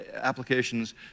applications